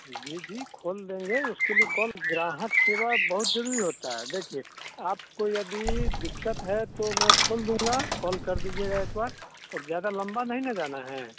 जी जी खोल देंगे उसके लिए कॉल ग्राहक सेवा बहुत ज़रूरी होती है देखिए आपको यदि दिक्कत है तो मैं खोल दूँगा कॉल कर दीजिएगा एक बार और ज़्यादा लंबा नहीं ना जाना है